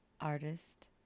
artist